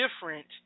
different